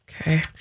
Okay